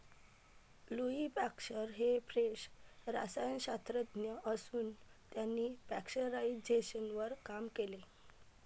Louis Pasteur हे French रसायनशास्त्रज्ञ असून त्यांनी पाश्चरायझेशनवर काम केले